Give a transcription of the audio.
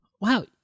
Wow